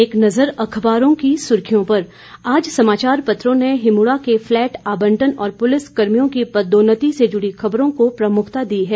एक नज़र अखबारों की सुर्खियों पर आज समाचार पत्रों ने हिमुडा के फ्लैट आबंटन और पुलिस कर्मियों की पदोन्नति से जुड़ी खबरों को प्रमुखता दी है